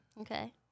Okay